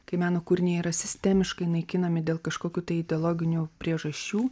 kai meno kūriniai yra sistemiškai naikinami dėl kažkokių tai ideologinių priežasčių